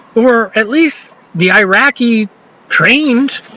or, at least the iraqi trained